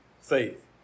faith